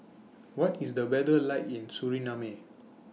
What IS The weather like in Suriname